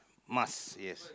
must yes